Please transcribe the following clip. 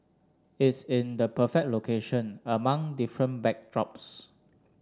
it's in the perfect location among different backdrops